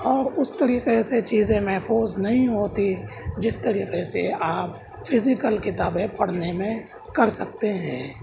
اور اس طریقے سے چیزیں محفوظ نہیں ہوتیں جس طریقے سے آپ فیزیکل کتابیں پڑھنے میں کر سکتے ہیں